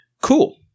cool